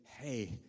hey